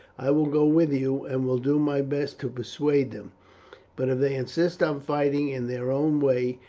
i will go with you, and will do my best to persuade them but if they insist on fighting in their own way,